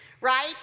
right